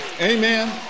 Amen